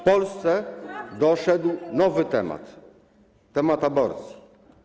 W Polsce doszedł nowy temat - temat aborcji.